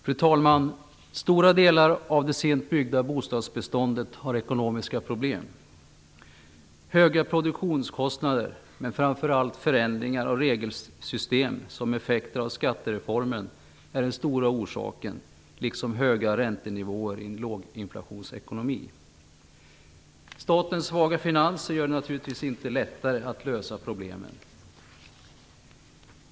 Fru talman! Stora delar av det sent bygga bostadsbeståndet har ekonomiska problem. Höga produktionskostnader, men framför allt förändringar av regelsystem som en effekt av skattereformen är de stora orsakerna, liksom höga räntenivåer i en låginflationsekonomi. Statens svaga finanser gör det naturligtvis inte lättare att lösa problemen.